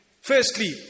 Firstly